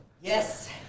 Yes